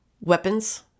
weapons